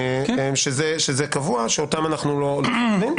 שזה קבוע ובזה אנחנו לא נוגעים.